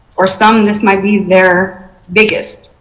for some this might be their biggest.